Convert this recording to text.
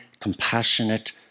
compassionate